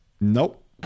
nope